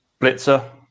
Blitzer